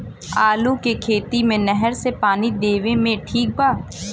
आलू के खेती मे नहर से पानी देवे मे ठीक बा?